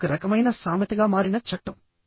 ఇది ఒక రకమైన సామెతగా మారిన చట్టం